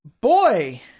boy